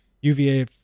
UVA